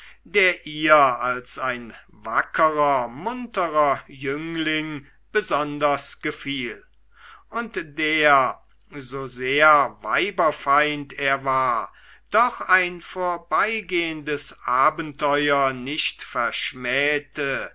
der ihr als ein wackerer munterer jüngling besonders gefiel und der so sehr weiberfeind er war doch ein vorbeigehendes abenteuer nicht verschmähete